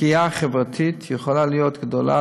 הפגיעה החברתית יכולה להיות גדולה,